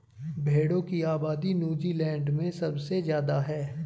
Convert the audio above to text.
भेड़ों की आबादी नूज़ीलैण्ड में सबसे ज्यादा है